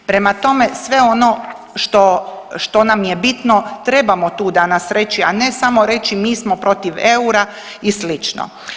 Prema tome, sve ono što nam je bitno trebamo tu danas reći a ne samo reći mi smo protiv eura i slično.